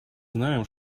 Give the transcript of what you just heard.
знаем